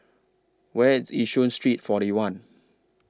Where IS Yishun Street forty one